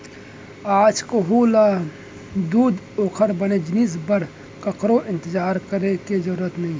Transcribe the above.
आज कोहूँ ल दूद ओकर बने जिनिस बर ककरो इंतजार करे के जरूर नइये